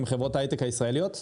עם חברות ההיי-טק הישראליות?